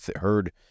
heard